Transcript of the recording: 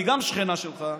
היא גם שכנה שלך,